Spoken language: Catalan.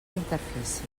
interfície